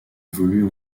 évoluent